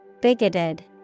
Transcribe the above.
Bigoted